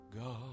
God